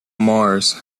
mars